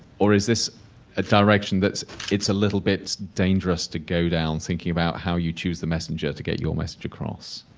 or is this ah direction it's a little bit dangerous to go down thinking about how you choose the messenger to get your message across.